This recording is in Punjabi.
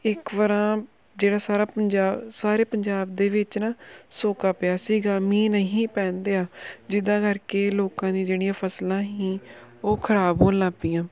ਇੱਕ ਵਾਰ ਜਿਹੜਾ ਸਾਰਾ ਪੰਜਾਬ ਸਾਰੇ ਪੰਜਾਬ ਦੇ ਵਿੱਚ ਨਾ ਸੋਕਾ ਪਿਆ ਸੀਗਾ ਮੀਂਹ ਨਹੀਂ ਪੈਣ ਦਿਆ ਜਿਹਦਾ ਕਰਕੇ ਲੋਕਾਂ ਦੀਆਂ ਜਿਹੜੀਆਂ ਫਸਲਾਂ ਸੀ ਉਹ ਖਰਾਬ ਹੋਣ ਲੱਗ ਪਈਆਂ